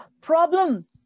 problem